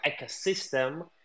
ecosystem